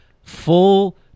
Full